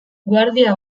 guardia